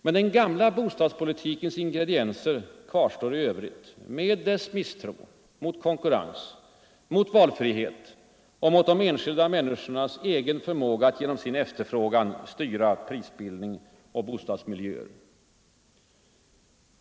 Men den gamla bostadspolitikens ingredienser kvarstår i övrigt med dess misstro mot konkurrens, mot valfrihet och mot de enskilda människornas förmåga att genom sin efterfrågan styra prisbildning och bostadsmiljöer.